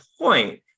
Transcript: point